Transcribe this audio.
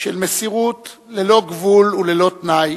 של מסירות ללא גבול וללא תנאי